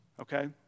okay